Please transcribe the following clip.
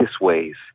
ways